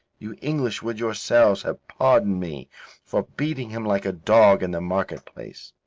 you english would yourselves have pardoned me for beating him like a dog in the market place.